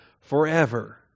forever